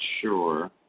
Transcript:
sure